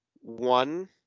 one